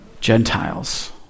Gentiles